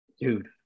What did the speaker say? Dude